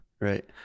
Right